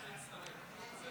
53 בעד, 43